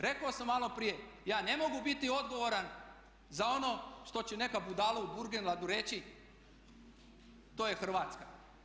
Rekao sam maloprije ja ne mogu biti odgovoran za ono što će neka budala u Burgenlandu reći to je Hrvatska.